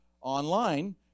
online